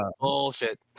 bullshit